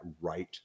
right